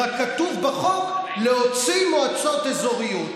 רק כתוב בחוק "להוציא מועצות אזוריות".